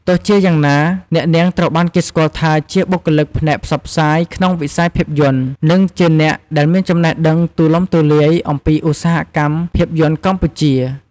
ទោះជាយ៉ាងណា អ្នកនាងត្រូវបានគេស្គាល់ថាជា បុគ្គលិកផ្នែកផ្សព្វផ្សាយ ក្នុងវិស័យភាពយន្ត និងជាអ្នកដែលមានចំណេះដឹងទូលំទូលាយអំពីឧស្សាហកម្មភាពយន្តកម្ពុជា។